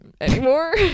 anymore